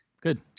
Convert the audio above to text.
Good